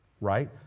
right